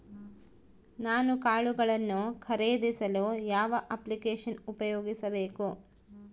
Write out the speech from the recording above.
ನಾನು ಕಾಳುಗಳನ್ನು ಖರೇದಿಸಲು ಯಾವ ಅಪ್ಲಿಕೇಶನ್ ಉಪಯೋಗಿಸಬೇಕು?